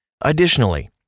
Additionally